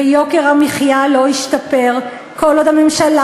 ויוקר המחיה לא ישתפר כל עוד הממשלה